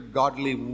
godly